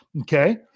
Okay